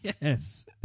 Yes